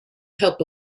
help